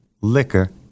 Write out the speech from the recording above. liquor